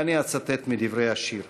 ואני אצטט מדברי השיר: